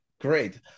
Great